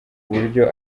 uburyo